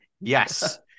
Yes